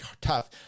tough –